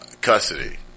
custody